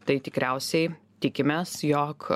tai tikriausiai tikimės jog